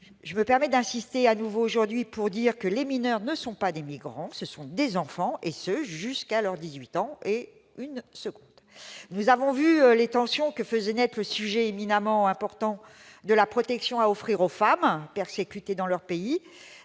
Je me permets d'insister de nouveau aujourd'hui sur cette question. Les mineurs ne sont pas des migrants. Ce sont des enfants, et ce jusqu'à leurs 18 ans et une seconde. Nous avons vu les tensions que font naître les questions éminemment importantes de la protection des femmes qui sont persécutées dans leur pays,